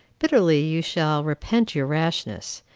bitterly you shall repent your rashness.